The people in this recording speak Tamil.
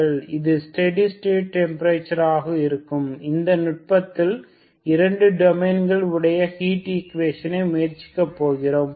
அது ஸ்டெடி ஸ்டேட் டெம்பரேச்சர் ஆக இருக்கும் அந்த நுட்பத்தில் இரண்டு டைமென்ஷன் உடைய ஹீட் ஈக்குவேஷனை முயற்சிக்கப் போகிறோம்